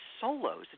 solos